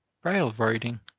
railroading,